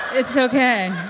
it's ok.